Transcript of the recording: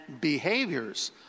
behaviors